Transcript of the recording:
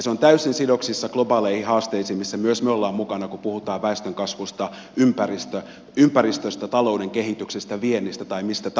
se on täysin sidoksissa globaaleihin haasteisiin joissa myös me olemme mukana kun puhutaan väestönkasvusta ympäristöstä talouden kehityksestä viennistä tai mistä tahansa